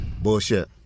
Bullshit